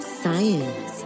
science